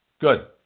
Good